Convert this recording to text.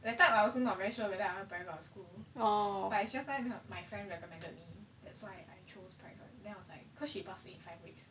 that time I also not very sure whether I want private or school but it's just like you know my friend recommended me that's why I chose private then I was like cause she faster than me in five weeks